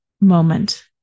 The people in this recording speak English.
moment